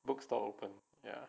bookstore open ya